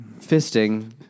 fisting